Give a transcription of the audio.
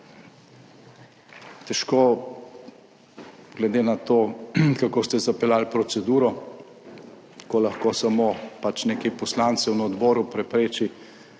težko, glede na to, kako ste zapeljali proceduro, ko lahko samo nekaj poslancev na odboru prepreči